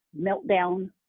meltdown